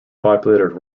populated